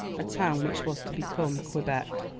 a town which was to become quebec.